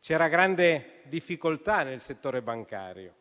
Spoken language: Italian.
C'era grande difficoltà nel settore bancario